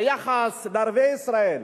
היחס לערביי ישראל,